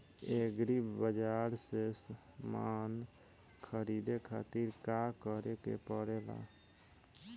Agri बाज़ार से समान ख़रीदे खातिर का करे के पड़ेला?